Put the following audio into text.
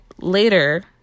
later